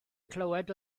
clywed